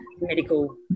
medical